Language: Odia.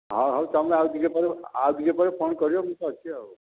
ହଁ ହେଉ ତମେ ଆଉ ଟିକିଏ ପରେ ଆଉ ଟିକିଏ ପରେ ଫୋନ କରିବ ମୁଁ ତ ଅଛି ଆଉ